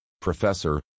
Professor